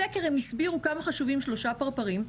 בסקר הם הסבירו כמה חשובים שלושה פרפרים,